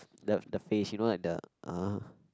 the the face you know like the uh